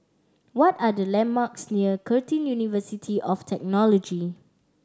what are the landmarks near Curtin University of Technology